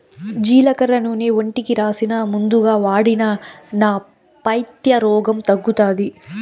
జీలకర్ర నూనె ఒంటికి రాసినా, మందుగా వాడినా నా పైత్య రోగం తగ్గుతాది